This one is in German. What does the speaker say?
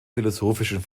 philosophischen